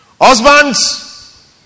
Husbands